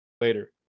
later